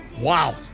wow